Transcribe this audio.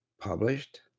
published